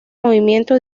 movimiento